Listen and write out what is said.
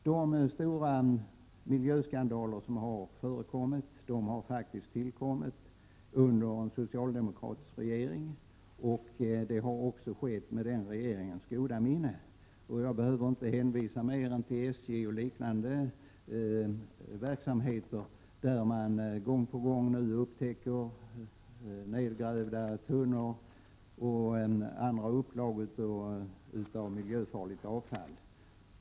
De stora miljöskandalerna har faktiskt ägt rum under en socialdemokratisk regering och med regeringens goda minne. Jag behöver bara hänvisa till exempelvis SJ:s verksamhet. Gång på gång upptäcker man nedgrävda gifttunnor och andra upplag av miljöfarligt avfall.